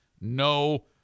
no